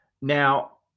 Now